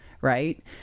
right